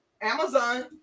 Amazon